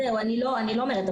אני לא אומרת,